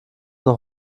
noch